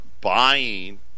buying